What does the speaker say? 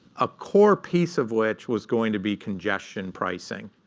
a core piece of which was going to be congestion pricing.